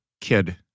kid